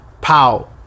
Pow